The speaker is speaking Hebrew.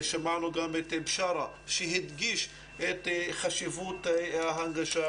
שמענו גם את בשארה שהדגיש את חשיבות ההנגשה